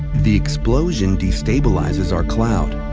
the explosion destabilizes our cloud,